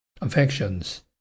affections